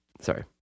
Sorry